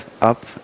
up